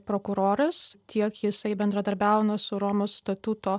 prokuroras tiek jisai bendradarbiauna su romos statuto